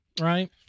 right